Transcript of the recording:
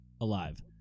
alive